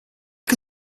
can